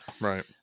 Right